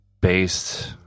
based